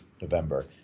November